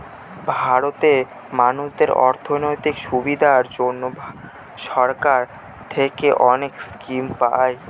ভারতে মানুষদের আর্থিক সুবিধার জন্য সরকার থেকে অনেক স্কিম পায়